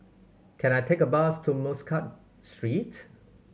can I take a bus to Muscat Street